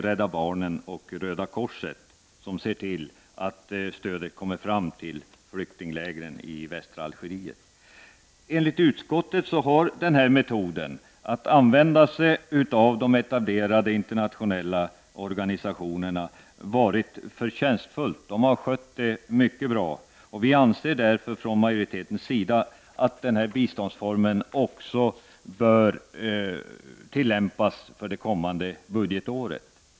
Rädda barnen och Röda korset ser till att stödet kommer fram till flyktinglägren i västra Algeriet. Enligt utskottet har metoden att använda sig av de etablerade internationella organisationerna varit förtjänstfull. Organisationerna har skött det hela mycket bra, och utskottsmajoriteten anser därför att den här biståndsformen också bör tillämpas för det kommande budgetåret.